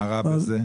מה רע בזה?